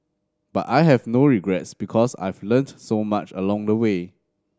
but I have no regrets because I've learnt so much along the way